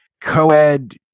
co-ed